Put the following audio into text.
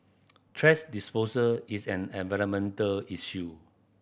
thrash disposal is an environmental issue